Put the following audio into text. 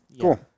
Cool